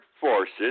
forces